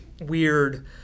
weird